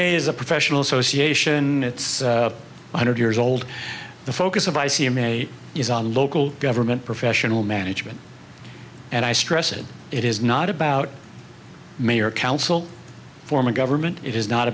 a's a professional association it's one hundred years old the focus of i c in may is on local government professional management and i stress it it is not about mayor council form of government it is not